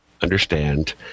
understand